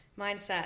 Mindset